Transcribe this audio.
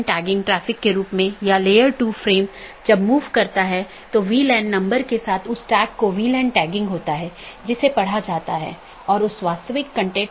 अगर हम पिछले व्याख्यान या उससे पिछले व्याख्यान में देखें तो हमने चर्चा की थी